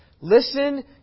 Listen